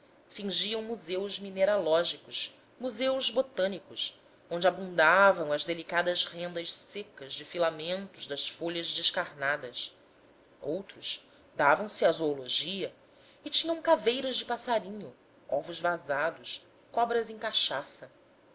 fingiam museus mineralógicos museus botânicos onde abundavam as delicadas rendas secas de filamentos das folhas descarnadas outros davam-se à zoologia e tinham caveiras de passarinhos ovos vazados cobras em cachaça